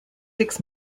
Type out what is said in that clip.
six